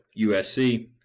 USC